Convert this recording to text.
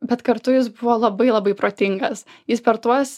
bet kartu jis buvo labai labai protingas jis per tuos